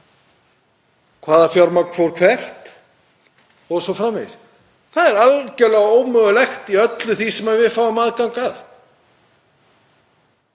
hvaða fjármagn fór hvert o.s.frv. Það er algjörlega ómögulegt í öllu því sem við fáum aðgang að.